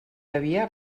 havia